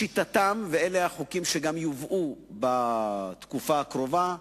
לשיטתם, ואלה החוקים שיובאו בתקופה הקרובה,